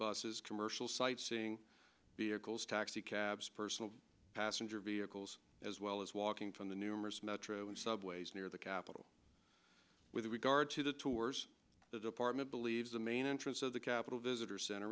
buses commercial sightseeing vehicles taxi cabs personal passenger vehicles as well as walking from the numerous metro and subways near the capitol with regard to the tours the department believes the main entrance of the capitol visitor center